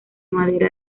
madera